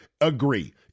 agree